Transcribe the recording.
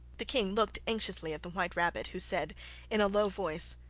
the king looked anxiously at the white rabbit, who said in a low voice,